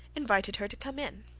invited her to come in.